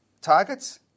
targets